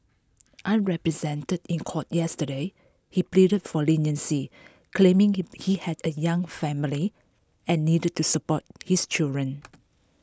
unrepresented in court yesterday he pleaded for leniency claiming him he had A young family and needed to support his children